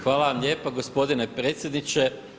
Hvala vam lijepa gospodine predsjedniče.